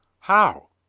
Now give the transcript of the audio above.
how?